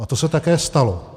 A to se také stalo.